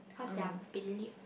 cause they are believed